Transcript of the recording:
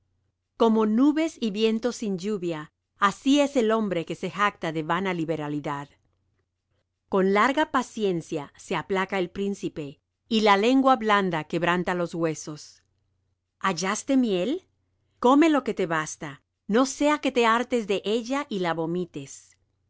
como nubes y vientos sin lluvia así es el hombre que se jacta de vana liberalidad con larga paciencia se aplaca el príncipe y la lengua blanda quebranta los huesos hallaste la miel come lo que te basta no sea que te hartes de ella y la vomites